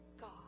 God